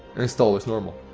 install as normal.